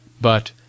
but